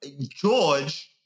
George